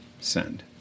send